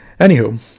Anywho